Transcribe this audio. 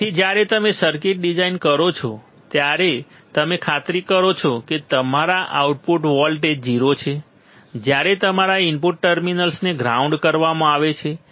તેથી જ્યારે તમે સર્કિટ ડિઝાઇન કરો છો ત્યારે તમે ખાતરી કરો છો કે તમારા આઉટપુટ વોલ્ટેજ 0 છે જ્યારે તમારા ઇનપુટ ટર્મિનલ્સને ગ્રાઉન્ડ કરવામાં આવે છે